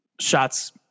shots